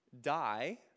die